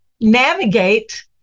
navigate